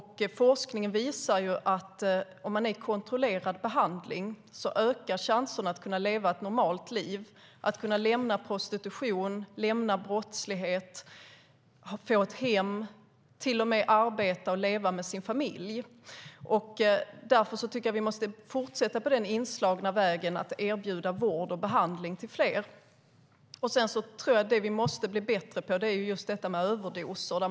Forskningen visar att om man är i kontrollerad behandling ökar chanserna att man kan leva ett normalt liv, att man kan lämna prostitution och brottslighet, att man kan få ett hem och till och med arbeta och leva med sin familj. Därför tycker jag att vi måste fortsätta på den inslagna vägen och erbjuda vård och behandling till fler. Sedan tror jag att vi måste bli bättre när det gäller överdoser.